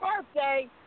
birthday